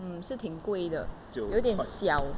mmhmm 是挺贵的有点小